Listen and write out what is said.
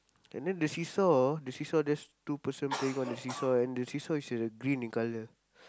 and then the seesaw the seesaw there's two person playing on the seesaw and the seesaw is green in colour